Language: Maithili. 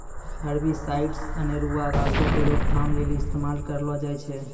हर्बिसाइड्स अनेरुआ घासो के रोकथाम लेली इस्तेमाल करलो जाय छै